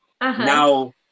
now